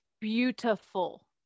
beautiful